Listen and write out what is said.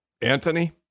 Anthony